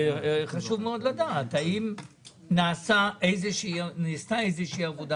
וחשוב מאוד לדעת האם נעשתה איזושהי עבודה.